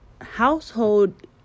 household